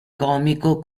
comico